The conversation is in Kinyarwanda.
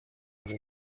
neza